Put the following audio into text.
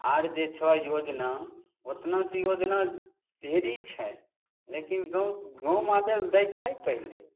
आर जे छो योजना ओतना तऽ योजना ढेरी छै लेकिन गाँव गाँवमे आबे लऽ दै छै पहिले